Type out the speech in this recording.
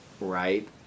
Right